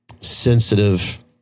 sensitive